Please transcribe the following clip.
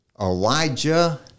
Elijah